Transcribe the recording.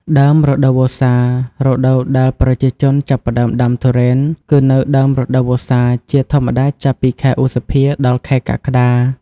ដើមរដូវវស្សា រដូវដែលប្រជាជនចាប់ផ្ដើមដាំទុរេនគឺនៅ ដើមរដូវវស្សា ជាធម្មតាចាប់ពី ខែឧសភា ដល់ខែកក្កដា។